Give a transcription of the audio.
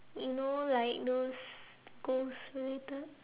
you know like those ghost related